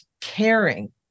caring